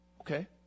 Okay